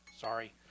sorry